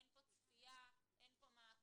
אין פה צפייה, אין פה מעקב.